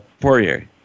Poirier